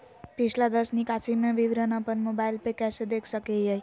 पिछला दस निकासी के विवरण अपन मोबाईल पे कैसे देख सके हियई?